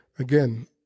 Again